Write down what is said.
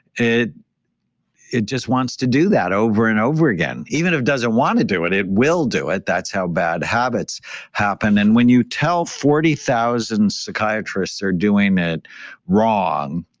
it it just wants to do that over and over again. even if doesn't want to do it, it will do it that's how bad habits happen. and when you tell forty thousand psychiatrists are doing it wrong,